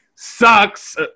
Sucks